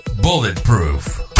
bulletproof